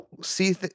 see